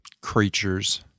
creatures